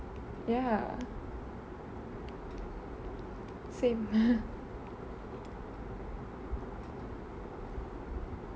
ya same